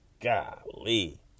Golly